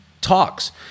talks